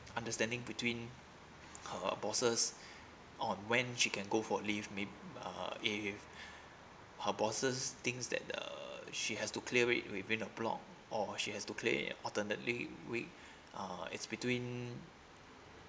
understanding between her bosses on when she can go for leave maybe uh if her bosses thinks that uh she has to clear it within a block or she has to claim alternately week uh it's between